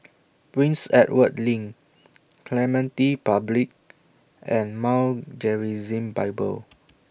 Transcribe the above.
Prince Edward LINK Clementi Public and Mount Gerizim Bible